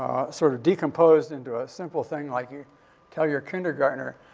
sort of decomposed into a simple thing like you tell your kindergartner,